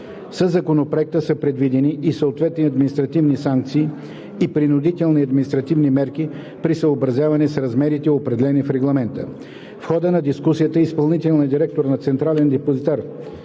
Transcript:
Със Законопроекта са предвидени и съответни административни санкции и принудителни административни мерки при съобразяване с размерите, определени в Регламента. В хода на дискусията изпълнителният директор на „Централен депозитар“